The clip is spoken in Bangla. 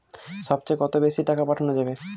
সব চেয়ে কত বেশি টাকা পাঠানো যাবে?